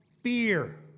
fear